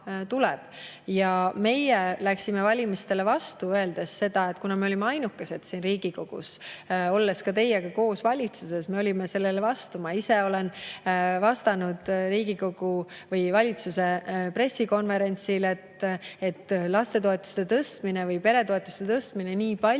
Meie läksime valimistele vastu, öeldes seda … Me olime ainukesed siin Riigikogus, olles teiega koos valitsuses, kes olid sellele vastu. Ma ise olen vastanud valitsuse pressikonverentsil, et lastetoetuste tõstmine või peretoetuste tõstmine nii palju